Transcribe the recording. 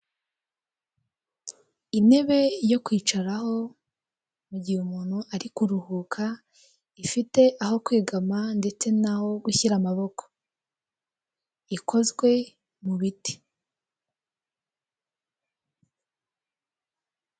Intebe yo kwicaraho mugihe umuntu ari kuruhuka, ifite aho kwegama ndetse n'aho gushyira amaboko ikozwe mu biti.